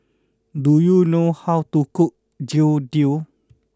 do you know how to cook Jian Dui